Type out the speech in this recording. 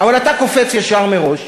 אבל אתה קופץ ישר מראש,